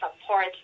support